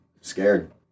Scared